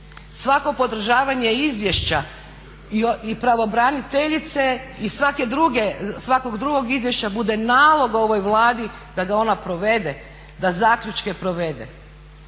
Svako podržavanje izvješća i pravobraniteljice i svakog drugog izvješća bude nalog ovoj Vladi da ga ona provede, da zaključke provede,